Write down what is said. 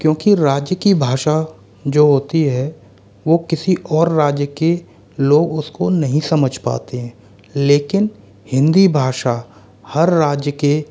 क्योंकि राज्य की भाषा जो होती है वो किसी और राज्य के लोग उसको नहीं समझ पाते हैं लेकिन हिन्दी भाषा हर राज्य के